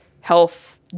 health